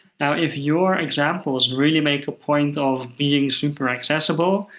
now if your examples really make a point of being super accessible,